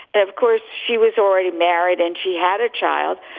of course, she was already married and she had a child.